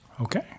Okay